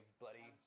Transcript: bloody